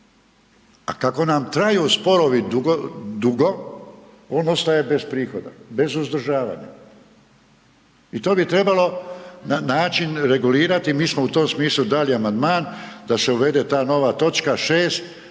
a kako nam traju sporovi dugo on ostaje bez prihoda, bez uzdržavanja. I to bi trebalo na način regulirati, mi smo u tom smislu dali amandman da se uvede ta nova točka 6